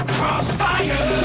Crossfire